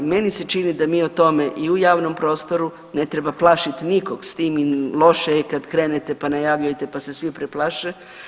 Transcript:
Meni se čini da mi o tome i u javnom prostoru ne treba plašit nikog s tim, loše je kad krenete pa najavljujete, pa se svi preplaše.